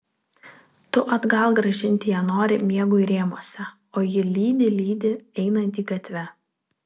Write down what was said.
tu atgal grąžinti ją nori miegui rėmuose o ji lydi lydi einantį gatve